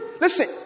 Listen